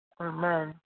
Amen